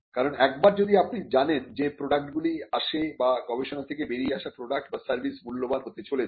কারণ একবার যদি আপনি জানেন যে প্রডাক্টগুলি আসে বা গবেষণা থেকে বেরিয়ে আসা প্রোডাক্ট বা সার্ভিস মূল্যবান হতে চলেছে